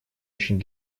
очень